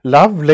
Love